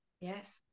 yes